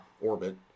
orbit